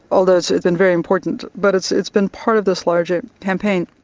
although it's it's been very important but it's it's been part of this larger campaign.